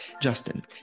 Justin